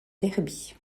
derby